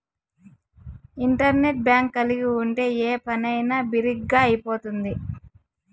internet bank కలిగి ఉంటే ఏ పనైనా బిరిగ్గా అయిపోతుంది